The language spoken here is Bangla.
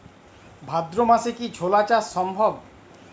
ভাদ্র মাসে কি ছোলা চাষ সম্ভব?